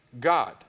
God